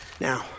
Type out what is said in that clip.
Now